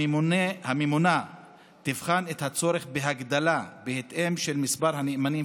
הממונה תבחן את הצורך בהגדלה בהתאם למספר הנאמנים